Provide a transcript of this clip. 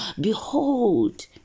behold